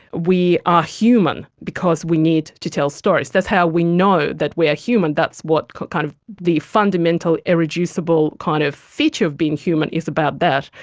we are human because we need to tell stories, that's how we know that we are human, that's what kind of the fundamental irreducible kind of feature of being human is about that.